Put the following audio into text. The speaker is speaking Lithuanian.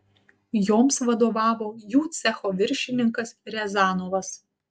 joms vadovavo jų cecho viršininkas riazanovas